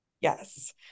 Yes